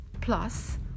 plus